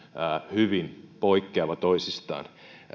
hyvin toisistaan poikkeava